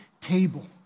table